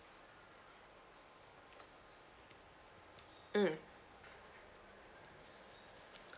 mm